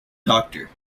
doctor